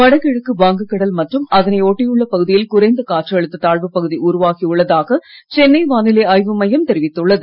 வடகிழக்கு வங்க கடல் மற்றும் அதமை ஒட்டியுள்ள பகுதியில் குறைந்த காற்ழுத்த தாழ்வு பகுதி உருவாகி உள்ளதாக சென்னை வானிலை ஆய்வு மையம் தெரிவித்துள்ளது